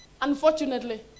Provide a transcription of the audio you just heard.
Unfortunately